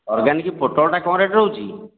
organic ପୋଟଳଟା କଣ rate ରହୁଛି